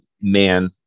man